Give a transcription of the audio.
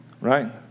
Right